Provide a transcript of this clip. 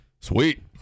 Sweet